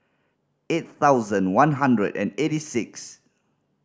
eight thousand one hundred and eighty six